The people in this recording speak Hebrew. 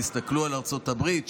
תסתכלו על ארצות הברית,